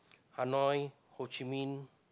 Hanoi Ho Chi Minh